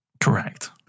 Correct